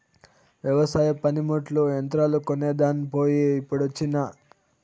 వెవసాయ పనిముట్లు, యంత్రాలు కొనేదాన్ పోయి ఇప్పుడొచ్చినా